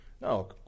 No